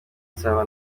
nsaba